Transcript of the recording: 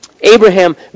Abraham